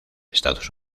estados